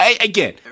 Again